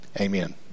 amen